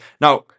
Now